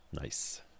Nice